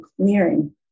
clearing